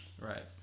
Right